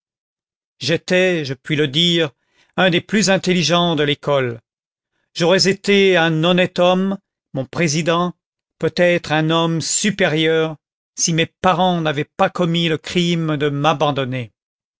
j'étais je puis le dire un des plus intelligents de l'école j'aurais été un honnête homme mon président peut-être un homme supérieur si mes parents n'avaient pas commis le crime de m'abandonner